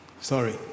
Sorry